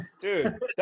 Dude